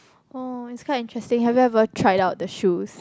oh it's quite interesting have you ever tried out the shoes